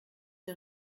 der